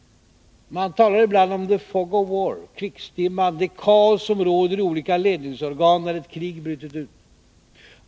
Man talar ibland om ”the fog of war” — krigsdimman — det kaos som råder i olika ledningsorgan när ett krig brutit ut.